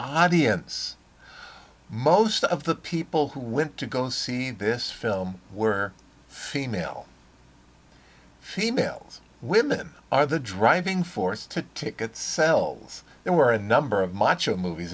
audience most of the people who went to go see this film were female females women are the driving force there were a number of macho movies